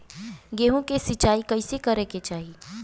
गेहूँ के सिंचाई कइसे करे के चाही?